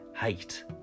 hate